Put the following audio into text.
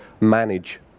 manage